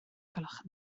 gwelwch